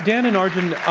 and and arjun,